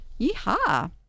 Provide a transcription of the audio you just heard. Yeehaw